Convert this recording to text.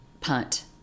punt